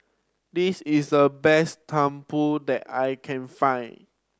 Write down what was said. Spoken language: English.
this is the best tumpeng that I can find